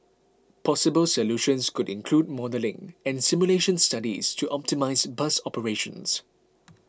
possible solutions could include modelling and simulation studies to optimise bus operations